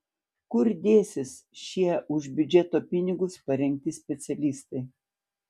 kur dėsis šie už biudžeto pinigus parengti specialistai